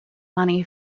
money